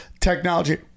technology